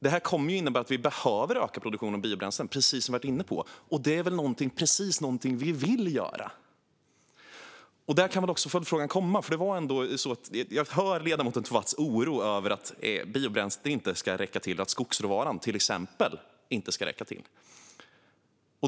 Det innebär att vi kommer att behöva öka produktionen av biobränslen, precis som vi har varit inne på, och det är väl någonting som vi vill göra. Jag hör ledamoten Tovatts oro över att biobränslet, till exempel skogsråvaran, inte kommer att räcka till.